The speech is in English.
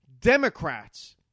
Democrats